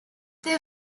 they